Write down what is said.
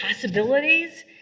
possibilities